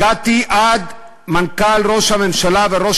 הגעתי עד מנכ"ל משרד ראש הממשלה וראש